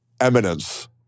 Eminence